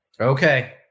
Okay